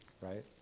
right